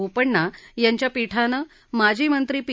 बोपण्णा यांच्या पीठानं माजी मंत्री पी